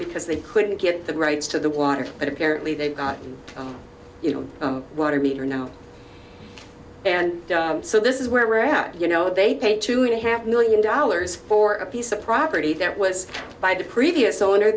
because they couldn't get the rights to the water but apparently they've got you know water meter now and so this is where i hat you know they pay two and a half million dollars for a piece of property that was by the previous owner